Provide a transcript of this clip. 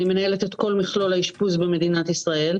אני מנהלת את כל מכלול האשפוז במדינת ישראל,